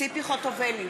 ציפי חוטובלי,